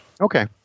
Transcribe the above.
Okay